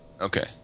Okay